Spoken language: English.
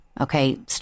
Okay